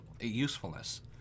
usefulness